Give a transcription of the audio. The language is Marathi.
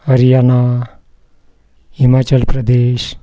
हरियाणा हिमाचल प्रदेश